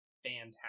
Fantastic